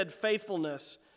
faithfulness